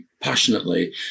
passionately